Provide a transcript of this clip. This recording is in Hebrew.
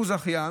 הוא זכיין,